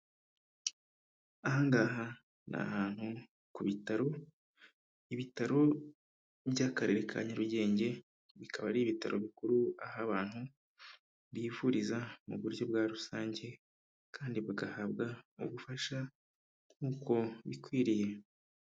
Aha ngaha ni ahantu ku bitaro, ibitaro by'akarere ka Nyarugenge, bikaba ari ibitaro bikuru aho abantu bifuriza mu buryo bwa rusange kandi bagahabwa ubufasha nk'uko bikwiriye.